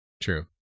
True